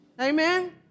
Amen